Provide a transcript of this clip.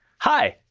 hi,